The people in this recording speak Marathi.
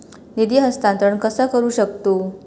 निधी हस्तांतर कसा करू शकतू?